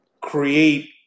create